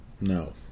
No